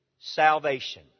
salvation